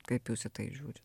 kaip jūs į tai žiūrit